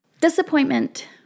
Disappointment